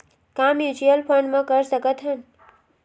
का mutual fund म कर सकत हन?